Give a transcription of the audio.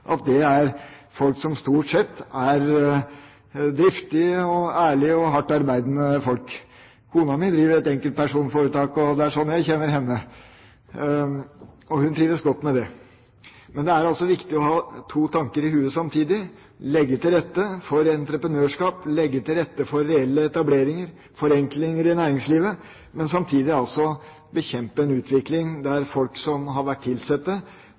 at det er folk som stort sett er driftige, ærlige og hardt arbeidende folk. Kona mi driver et enkeltpersonforetak – og det er slik jeg kjenner henne – og hun trives godt med det. Men det er altså viktig å ha to tanker i hodet samtidig: legge til rette for entreprenørskap, legge til rette for reelle etableringer, forenklinger i næringslivet, men samtidig bekjempe en utvikling der folk som har vært